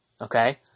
Okay